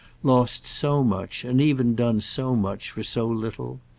lost so much and even done so much for so little?